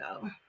go